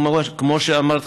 כמו שאמרת,